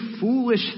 foolish